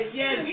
yes